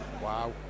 wow